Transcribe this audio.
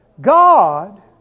God